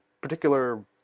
particular